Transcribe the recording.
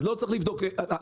אז אנחנו רואים איפה הבעיה,